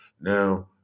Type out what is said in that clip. now